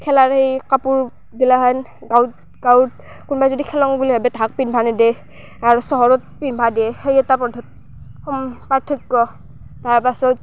খেলাৰ সেই কাপোৰ গিলাখান গাঁৱত গাঁৱত কোনবাই যদি খেলং বুলি ভাৱে তাহাক পিন্ধবা নেদে আৰু চহৰত পিন্ধবা দেই সেই এটা প্ৰধা পাৰ্থক্য তাৰ পাছত